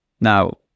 Now